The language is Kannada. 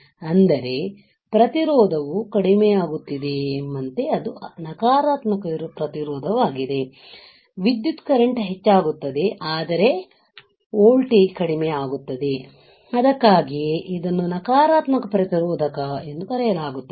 ಅಂದರೆ ಪ್ರತಿರೋಧವು ಕಡಿಮೆಯಾಗುತ್ತಿದೆ ಎಂಬಂತೆ ಅದು ನಕಾರಾತ್ಮಕ ಪ್ರತಿರೋಧವಾಗಿದೆ ವಿದ್ಯುತ್ ಕರೆಂಟ್ ಹೆಚ್ಚಾಗುತ್ತದೆ ಆದರೆ ವೋಲ್ಟೇಜ್ ಕಡಿಮೆಯಾಗುತ್ತದೆ ಅದಕ್ಕಾಗಿಯೇ ಅದನ್ನು ನಕಾರಾತ್ಮಕ ಪ್ರತಿರೋಧ ಎಂದು ಕರೆಯಲಾಗುತ್ತದೆ